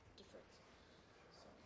difference